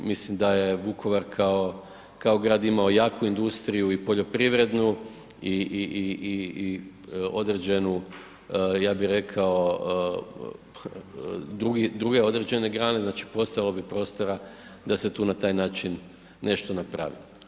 Mislim da je Vukovar kao grad imao jaku industriju i poljoprivrednu i određenu ja bih rekao, druge određene grane, znači postalo bi prostora da se tu na taj način nešto napravi.